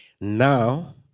Now